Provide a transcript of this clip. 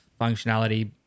functionality